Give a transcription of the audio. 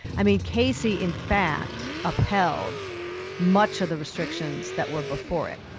i mean, casey in fact upheld much of the restrictions that were before it,